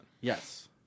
Yes